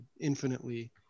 infinitely